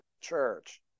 church